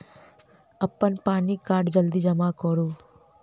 अप्पन पानि कार्ड जल्दी जमा करू?